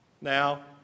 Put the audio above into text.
Now